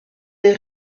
des